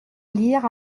lire